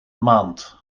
maand